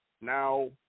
now